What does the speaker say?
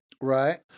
Right